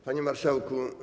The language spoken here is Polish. Panie Marszałku!